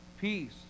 peace